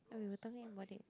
oh wewere talking about it